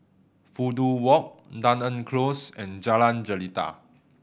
Fudu Walk Dunearn Close and Jalan Jelita